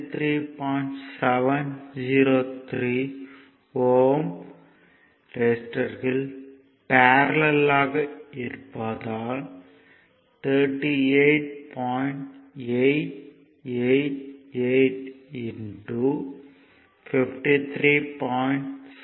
703 Ω ரெசிஸ்டர்கள் பேரல்லல் ஆக இருப்பதால் 38